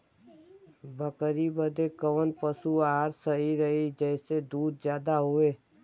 बकरी बदे कवन पशु आहार सही रही जेसे दूध ज्यादा होवे?